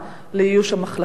לאיוש המחלקה?